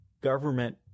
government